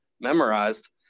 memorized